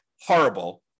horrible